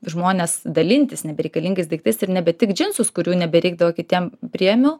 žmones dalintis nebereikalingais daiktais ir nebe tik džinsus kurių nebereikdavo kitiem priėmiau